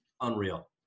unreal